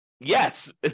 yes